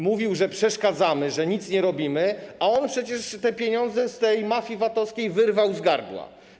Mówił, że przeszkadzamy, że nic nie robimy, a on przecież te pieniądze mafii VAT-owskiej wyrwał z gardła.